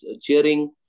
cheering